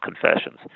confessions